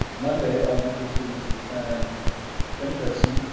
monday elementary students return in person,